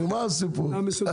נגמר הסיפור.